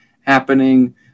happening